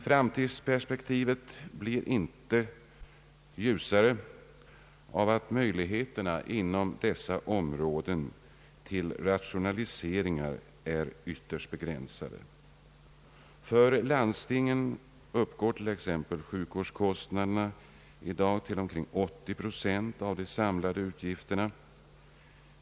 Framtidsperspektivet blir inte ljusare av att möjligheterna till rationaliseringar inom dessa områden är ytterst begränsade. För landstingen uppgår t.ex. i dag sjukvårdskostnaderna till omkring 80 procent av de samlade utgifterna.